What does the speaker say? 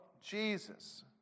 Jesus